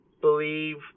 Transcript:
believe